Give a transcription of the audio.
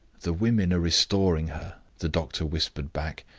the women are restoring her, the doctor whispered back.